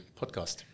Podcast